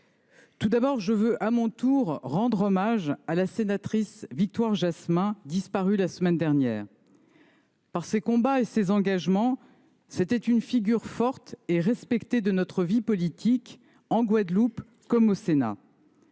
Tout d’abord, je veux à mon tour saluer la mémoire de Mme la sénatrice Victoire Jasmin, disparue la semaine dernière. Ses combats et ses engagements en faisaient une figure forte et respectée de notre vie politique, en Guadeloupe comme au Sénat.